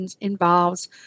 involves